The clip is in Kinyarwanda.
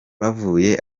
bavuye